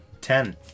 ten